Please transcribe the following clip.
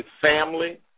family